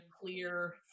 clear